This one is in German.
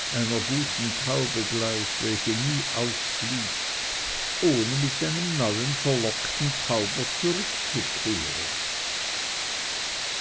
guten taube gleich welche nie ausfliegt ohne mit einem neuen verlockten tauber zurückzukehren